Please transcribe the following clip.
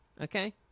Okay